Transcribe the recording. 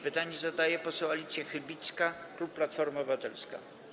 Pytanie zadaje poseł Alicja Chybicka, klub Platforma Obywatelska.